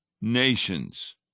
nations